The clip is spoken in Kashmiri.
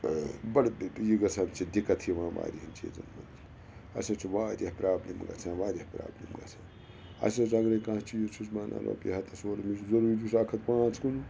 ٲں بَڑٕ ٲں یہِ گژھان چھِ دِقت یِوان واریاہَن چیٖزَن منٛز اسہِ حظ چھِ واریاہ پرٛابلِم گژھان واریاہ پرٛابلِم گَژھان اسہِ حظ اَگرٔے کانٛہہ چیٖز چھُس بہٕ انان رۄپیہِ ہتَس یورٕ مےٚ چھُ ضروٗری سُہ اَکھ ہَتھ پانٛژھ کٕنن